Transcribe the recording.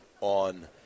on